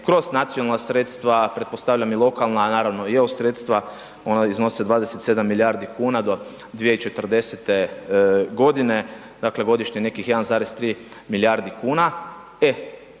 kroz nacionalna sredstva, pretpostavljam i lokalna, naravno i EU sredstva ona iznose 27 milijardi kuna do 2040. godine, dakle godišnje nekih 1,3 milijardi kuna,